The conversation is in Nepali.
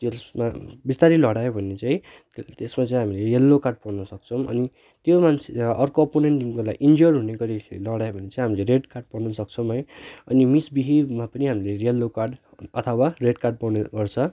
त्यसमा बिस्तारै लडायो भने चाहिँ त्यसमा चाहिँ हामीले यल्लो कार्ड पाउन सक्छन् अनि त्यो मान्छे अर्को अपोनेन्ट टिमकोलाई इन्ज्योर हुने गरी लडायो भने चाहिँ हामीले रेड कार्ड पाउन सक्छन् है अनि मिस बिहेबमा पनि हामीले यल्लो कार्ड अथवा रेड कार्ड पाउने गर्छ